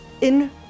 in-